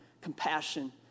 compassion